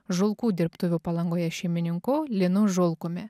žulkų dirbtuvių palangoje šeimininku linu žulkumi